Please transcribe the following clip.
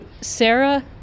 Sarah